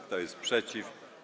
Kto jest przeciw?